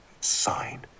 sign